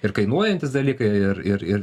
ir kainuojantys dalykai ir ir ir